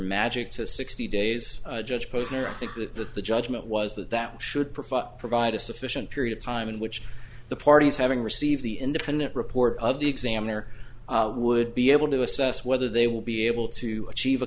magic to sixty days judge posner i think that that the judgment was that that should provide provide a sufficient period of time in which the parties having received the independent report of the examiner would be able to assess whether they will be able to achieve a